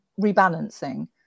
rebalancing